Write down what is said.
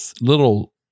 little